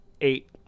eight